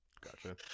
Gotcha